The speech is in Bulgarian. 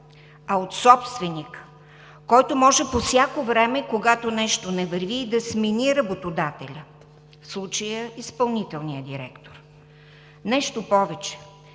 а от собственика, който може по всяко време, когато нещо не върви, да смени работодателя – в случая изпълнителния директор. Нещо повече,